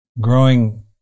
growing